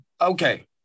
Okay